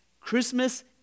christmas